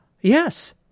yes